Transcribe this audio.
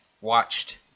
watched